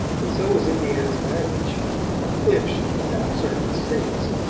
and so was indiana's marriage if she kept out of certain states.